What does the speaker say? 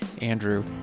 andrew